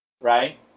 right